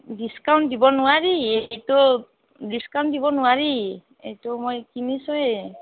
discount দিব নোৱাৰি এইটো ডিস্কাউণ্ট দিব নোৱাৰি এইটো মই কিনিছোৱে